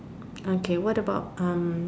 okay what about um